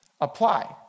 apply